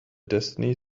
destiny